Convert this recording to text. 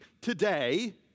today